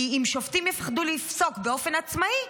כי אם שופטים יפחדו לפסוק באופן עצמאי,